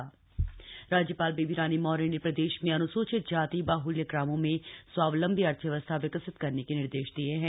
राज्यपाल राज्यपाल बेबी रानी मौर्य ने प्रदेश में अनुसूचित जाति बाह्ल्य ग्रामों में स्वावलम्बी अर्थव्यवस्था विकसित करने के निर्देश दिए हैं